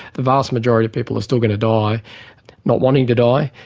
the vast majority of people are still going to die not wanting to die,